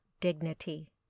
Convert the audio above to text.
dignity